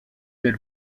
del